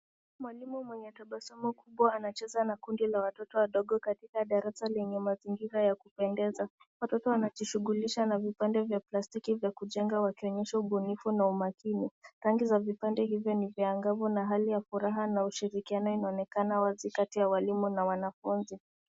Mwalimu mwenye tabasamu kubwa anacheza na kundi la watoto wadogo katika darasa lenye mazingira ya kupendeza Watoto wanajishughulisha na vipande vya plastikii vya kujenga wakionyesha ubunifu na umakini. Rangi ya vipande hivi ni angavu na hali ya furaha na ushirikiano unaonekana wazi kati ya walimu na wanafunzi.